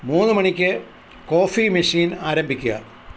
മൂന്ന് മണിക്ക് coffee machine ആരംഭിക്കുക